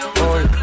boy